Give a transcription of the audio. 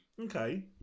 Okay